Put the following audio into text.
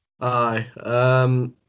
Aye